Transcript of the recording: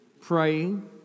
praying